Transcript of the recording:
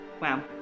Wow